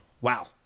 Wow